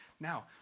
Now